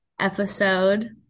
episode